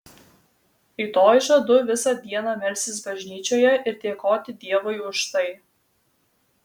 rytoj žadu visą dieną melstis bažnyčioje ir dėkoti dievui už tai